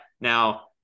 now